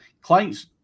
clients